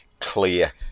clear